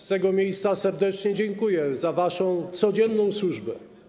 Z tego miejsca serdecznie dziękuję za waszą codzienną służbę.